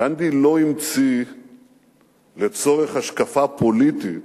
גנדי לא המציא לצורך השקפה פוליטית